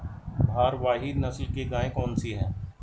भारवाही नस्ल की गायें कौन सी हैं?